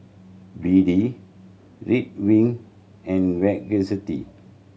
B D Ridwind and Vagisil